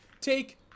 take